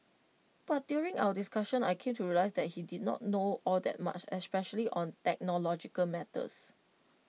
but during our discussion I came to realise that he did not know all that much especially on technological matters